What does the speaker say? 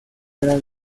era